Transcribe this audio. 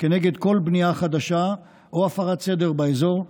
כנגד כל בנייה חדשה או הפרת סדר באזור,